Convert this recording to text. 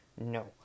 no